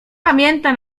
pamięta